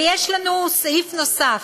ויש לנו סעיף נוסף